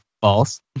False